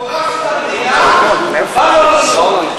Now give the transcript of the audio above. הוא הרס את המדינה, בא לו לנוח.